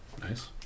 Nice